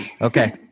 Okay